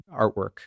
artwork